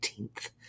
18th